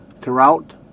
Throughout